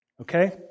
Okay